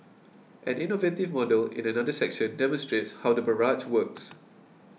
an innovative model in another section demonstrates how the barrage works